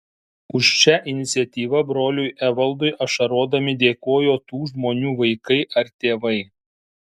už šią iniciatyvą broliui evaldui ašarodami dėkojo tų žmonių vaikai ar tėvai